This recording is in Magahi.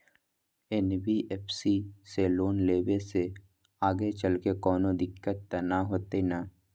एन.बी.एफ.सी से लोन लेबे से आगेचलके कौनो दिक्कत त न होतई न?